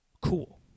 cool